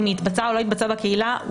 אם התבצעה או לא התבצעה בקהילה,